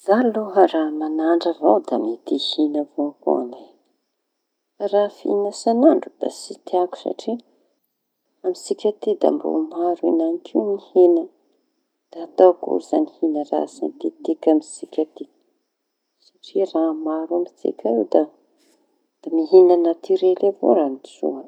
Zaho aloha raha manandraña avao da mety hihiña avao koa lay. Fa raha fihiña isan'andro da tsy tiako satria amintsika aty da mbo maro enanik'io heña. Da atao akory zañy fihiña raha saintetiky amintsika aty? Raha maro amintsika da raha natirely avao ny soa.